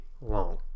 long